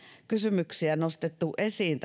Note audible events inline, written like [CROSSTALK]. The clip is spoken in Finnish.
kysymyksiä nostettu esiin [UNINTELLIGIBLE]